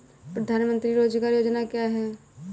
प्रधानमंत्री रोज़गार योजना क्या है?